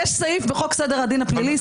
יש סעיף בחוק סדר הדין הפלילי,